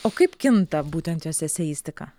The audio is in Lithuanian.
o kaip kinta būtent jos eseistika